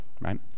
right